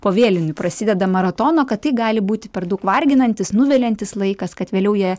po vėlinių prasideda maratono kad tai gali būti per daug varginantis nuviliantis laikas kad vėliau jie